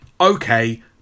Okay